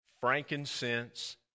frankincense